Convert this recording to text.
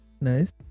Nice